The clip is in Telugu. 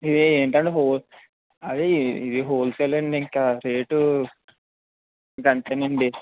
ఇది ఏంటంటే హోల్ అది ఇది హోల్సేల్ అండి ఇంక రేటు ఇంక అంతేనండి